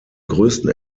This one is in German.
größten